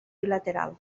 bilateral